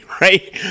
right